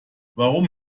warum